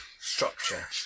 structure